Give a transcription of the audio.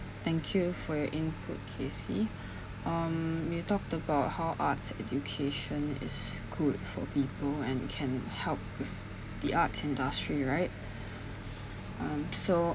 thank you for your input kacey um you talked about how arts education is good for people and can help with the arts industry right um so